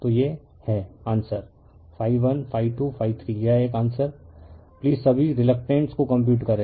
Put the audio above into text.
तो ये हैं आंसर ∅1∅2∅3 यह एक आंसर प्लीज सभी रिलक्टेंट्स को कंप्यूट करें